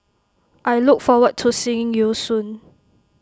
I look forward to seeing you soon